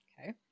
Okay